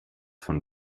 von